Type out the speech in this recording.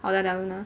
hotel del luna